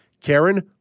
Karen